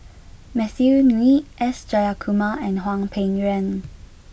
Matthew Ngui S Jayakumar and Hwang Peng Yuan